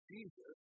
Jesus